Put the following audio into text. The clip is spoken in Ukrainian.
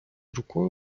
рукою